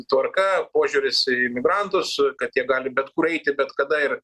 tvarka požiūris į migrantus kad jie gali bet kur eiti bet kada ir